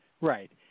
Right